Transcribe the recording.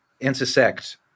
intersect